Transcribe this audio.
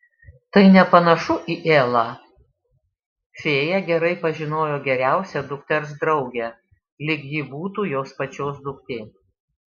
tai nepanašu į elą fėja gerai pažinojo geriausią dukters draugę lyg ji būtų jos pačios duktė